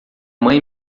mãe